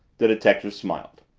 the detective smiled.